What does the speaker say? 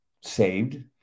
saved